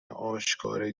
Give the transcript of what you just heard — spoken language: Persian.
آشکار